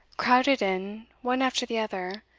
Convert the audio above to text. crowded in, one after the other,